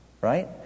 Right